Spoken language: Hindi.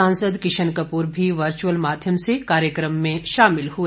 सांसद किशन कपूर भी वर्चुअल माध्यम से कार्यक्रम में शामिल हुए